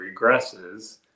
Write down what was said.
regresses